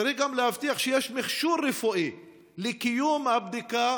צריך גם להבטיח שיש מכשור רפואי לקיום הבדיקה